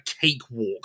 cakewalk